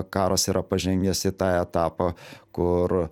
karas yra pažengęs į tą etapą kur